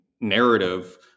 narrative